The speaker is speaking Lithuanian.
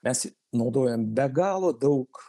mes naudojam be galo daug